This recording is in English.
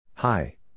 Hi